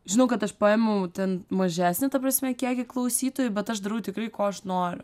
žinau kad aš paėmiau ten mažesnį ta prasme kiekį klausytojų bet aš darau tikrai ko aš noriu